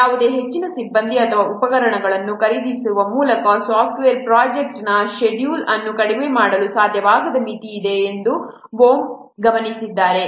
ಯಾವುದೇ ಹೆಚ್ಚಿನ ಸಿಬ್ಬಂದಿ ಅಥವಾ ಉಪಕರಣಗಳನ್ನು ಖರೀದಿಸುವ ಮೂಲಕ ಸಾಫ್ಟ್ವೇರ್ ಪ್ರೊಜೆಕ್ಟ್ನ ಷೆಡ್ಯೂಲ್ ಅನ್ನು ಕಡಿಮೆ ಮಾಡಲು ಸಾಧ್ಯವಾಗದ ಮಿತಿಯಿದೆ ಎಂದು ಬೋಹ್ಮ್ಗಮನಿಸಿದರು